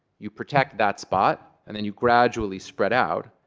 you protect that spot. and then you gradually spread out.